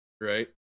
right